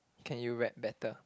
can you rap better